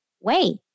wait